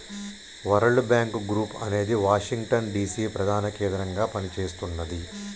world Bank Group అనేది Washington DC ప్రధాన కేంద్రంగా పనిచేస్తున్నది